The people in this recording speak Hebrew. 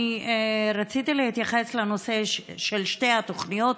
אני רציתי להתייחס לנושא של שתי התוכניות,